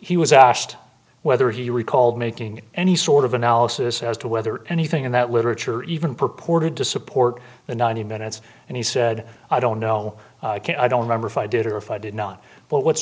he was asked whether he recalled making any sort of analysis as to whether anything in that literature even purported to support the ninety minutes and he said i don't know can't i don't remember if i did or if i did not but what